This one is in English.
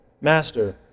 Master